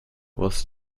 was